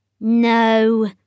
No